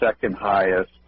second-highest